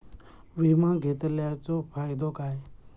विमा घेतल्याचो फाईदो काय?